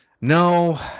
No